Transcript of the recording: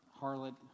harlot